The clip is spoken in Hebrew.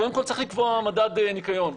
קודם כול צריך לקבוע מדד ניקיון.